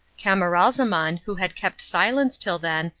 camaralzaman, who had kept silence till then,